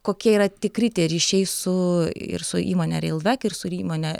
kokie yra tikri tie ryšiai su ir su įmone reilvek ir su įmone